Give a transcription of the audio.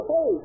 Hey